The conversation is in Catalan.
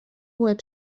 web